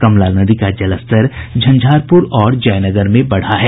कमला नदी का जलस्तर झंझारपुर और जयनगर में बढ़ा है